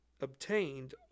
obtained